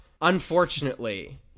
Unfortunately